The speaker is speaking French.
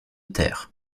terre